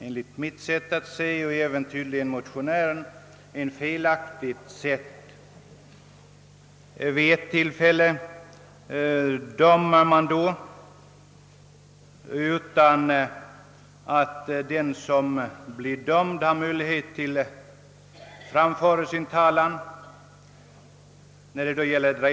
Enligt mitt sätt att se är det inte riktigt att man sålunda i vissa fall drar in körkort utan att vederbörande haft möjlighet att föra talan inför domstol.